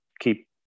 keep